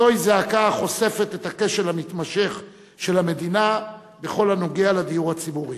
זוהי זעקה החושפת את הכשל המתמשך של המדינה בכל הנוגע לדיור הציבורי.